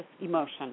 emotion